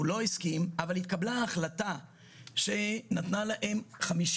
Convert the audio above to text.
הוא לא הסכים אבל התקבלה החלטה שנתנה להם 50